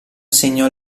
segnò